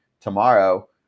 tomorrow